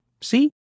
See